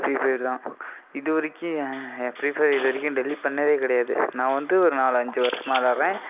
Free Fire தான் இது வரைக்கும் ஃப்ரீஃபயர் இது வரைக்கும் டெலிட் பண்ணதே கிடையாது நான் வந்து ஒரு நாலஞ்சு வருஷமாக விளாட்றேன்